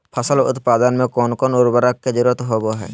फसल उत्पादन में कोन कोन उर्वरक के जरुरत होवय हैय?